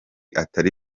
atari